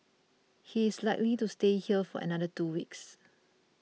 he is likely to stay here for another two weeks